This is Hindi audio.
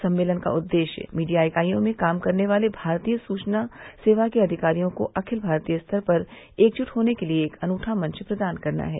सम्मेलन का उद्देश्य मीडिया इकाईयों में काम करने वाले भारतीय सुचना सेवा के अधिकारियों को अखिल भारतीय स्तर पर एकजुट होने के लिए एक अनूठा मंच प्रदान करना है